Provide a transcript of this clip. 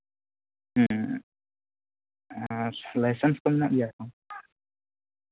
ᱚ ᱟᱨ ᱞᱟᱭᱥᱮᱱᱥ ᱠᱚ ᱢᱮᱱᱟᱜ ᱜᱮᱭᱟ ᱛᱚ